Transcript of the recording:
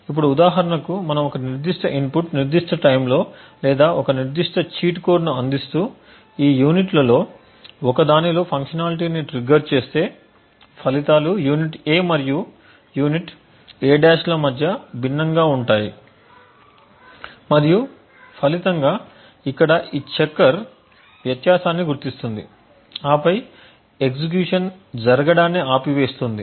ఇప్పుడు ఉదాహరణకు మనము ఒక నిర్దిష్ట ఇన్పుట్ నిర్దిష్ట టైమ్లో లేదా ఒక నిర్దిష్ట చీట్ కోడ్ను అందిస్తూ ఈ యూనిట్లలో ఒకదానిలో ఫంక్షనాలిటీని ట్రిగ్గర్ చేస్తే ఫలితాలు యూనిట్ A మరియు యూనిట్ A' ల మధ్య భిన్నంగా ఉంటాయి మరియు ఫలితంగా ఇక్కడ ఈ చెక్కర్ వ్యత్యాసాన్ని గుర్తిస్తుంది ఆపై ఎగ్జిక్యూషన్ జరగడాన్నిఆపేస్తుంది